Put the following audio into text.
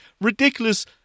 ridiculous